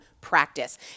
practice